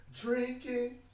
Drinking